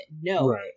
no